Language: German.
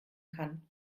kann